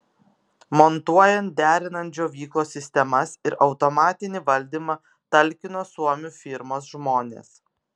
montuojant derinant džiovyklos sistemas ir automatinį valdymą talkino suomių firmos žmonės